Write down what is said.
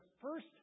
first